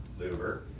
louver